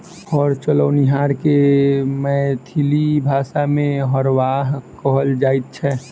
हर चलओनिहार के मैथिली भाषा मे हरवाह कहल जाइत छै